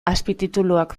azpitituluak